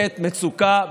בעת מצוקה,